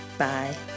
Bye